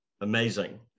Amazing